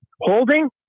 holding